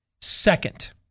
Second